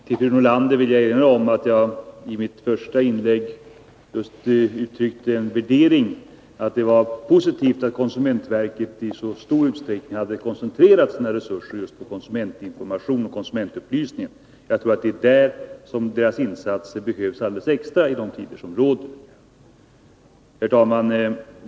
Herr talman! Jag vill erinra fru Nordlander om att jag i mitt första inlägg uttryckte värderingen att det var positivt att konsumentverket i så stor utsträckning hade koncentrerat sina resurser just på konsumentinformation och konsumentupplysning. Jag tror att det är där som verkets insatser behövs alldeles extra i de tider som är.